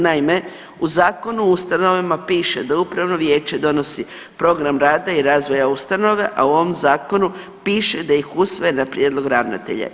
Naime, u Zakonu o ustanovama piše da upravno vijeće donosi program rada i razvoja ustanove, a u ovom zakonu piše da ih usvaja na prijedlog ravnatelja.